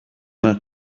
not